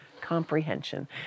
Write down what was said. comprehension